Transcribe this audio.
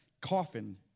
coffin